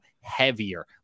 heavier